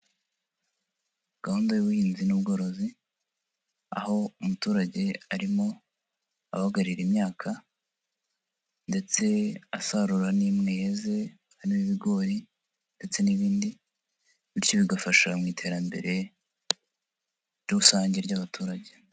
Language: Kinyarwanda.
Gahunda y'ubuhinzi n'ubworozi, aho umuturage arimo abagarira imyaka ndetse asarura n'imwe yeze, harimo ibigori ndetse n'ibindi, bityo bigafasha mu iterambere rusange ry'abaturage.